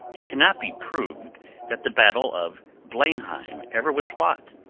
it cannot be proved that the battle of blenheim ever was fought,